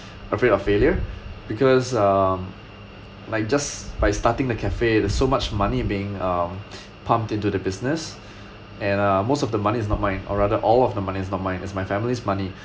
afraid of failure because um like just by starting the cafe there's so much money being um pumped into the business and uh most of the money is not mine or rather all of the money is not mine is my family's money